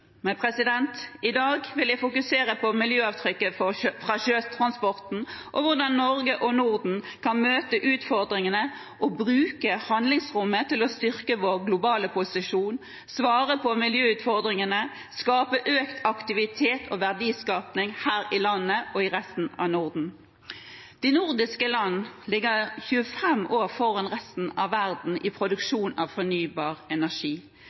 i dag vil jeg fokusere på miljøavtrykket fra sjøtransporten, og hvordan Norge og Norden kan bruke handlingsrommet til å styrke vår globale posisjon, svare på miljøutfordringene og skape økt aktivitet og verdiskaping her i landet og i resten av Norden. De nordiske land ligger 25 år foran resten av verden i produksjon av fornybar energi,